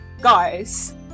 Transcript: guys